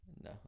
No